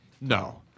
No